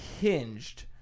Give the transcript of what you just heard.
hinged